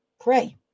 Pray